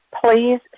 please